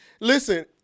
listen